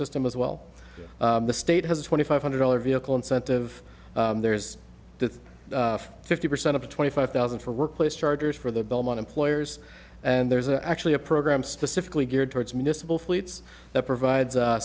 system as well the state has a twenty five hundred dollars vehicle incentive there's fifty percent to twenty five thousand for workplace chargers for the belmont employers and there's actually a program specifically geared towards municipal fleets that provides